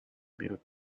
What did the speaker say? mute